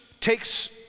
takes